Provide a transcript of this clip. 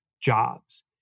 jobs